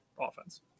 offense